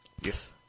Yes